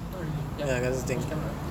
not really ya watch cameras ah